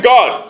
God